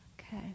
Okay